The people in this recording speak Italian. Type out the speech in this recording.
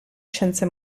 scienze